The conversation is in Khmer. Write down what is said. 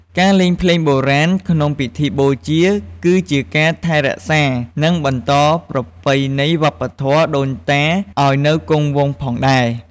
ការលេងភ្លេងបុរាណក្នុងពិធីបូជា គឺជាការថែរក្សា និងបន្តប្រពៃណីវប្បធម៌ដូនតាឲ្យនៅគង់វង្សផងដែរ។